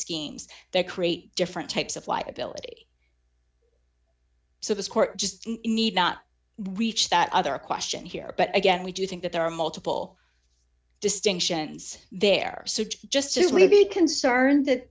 schemes they create different types of liability so this court just need not reach that other question here but again we do think that there are multiple distinctions there just as we be concerned that